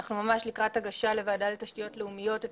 ממש לקראת הגשה לוועדה לתשתיות לאומיות את